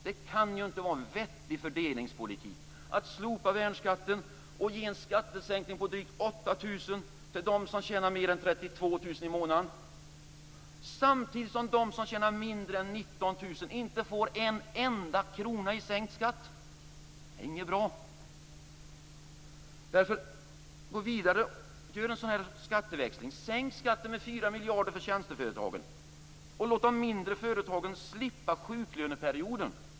Det kan inte vara en vettig fördelningspolitik att slopa värnskatten och ge en skattesänkning på drygt 8 000 kr till dem som tjänar mer än 32 000 kr i månaden, samtidigt som de som tjänar mindre än 19 000 kr inte får en enda krona i sänkt skatt. Det är inget bra! Gå vidare och gör en skatteväxling, sänk skatten med 4 miljarder för tjänsteföretagen och låt de mindre företagen slippa sjuklöneperioden.